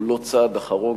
הוא לא צעד אחרון,